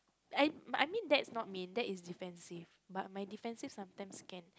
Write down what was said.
I but I mean that is not mean that is defensive but my defensive sometimes can